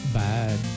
bad